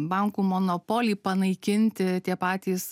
bankų monopolį panaikinti tie patys